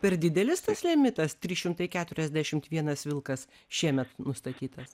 per didelis tas limitas trys šimtai keturiasdešimt vienas vilkas šiemet nustatytas